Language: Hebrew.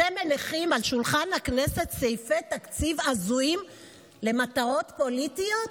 אתם מניחים על שולחן הכנסת סעיפי תקציב הזויים למטרות פוליטיות?